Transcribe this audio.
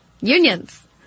Unions